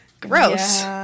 Gross